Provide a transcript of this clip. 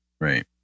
Right